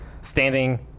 standing